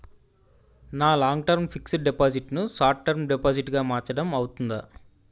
నా long term fixed deposit ను short term deposit గా మార్చటం అవ్తుందా?